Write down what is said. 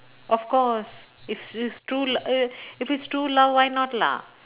of course if it's true l~ if if it's true love why not lah